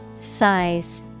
Size